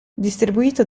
distribuito